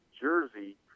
jersey